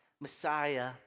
Messiah